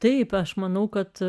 taip aš manau kad